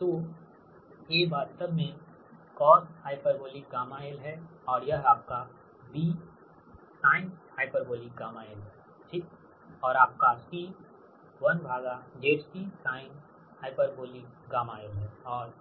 तो A वास्तव में coshγl है और यह आपका Bsinh γl है ठीक और आपका C 1Zcsin h γl है और